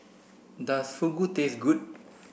does Fugu taste good